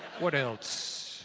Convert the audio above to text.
what else?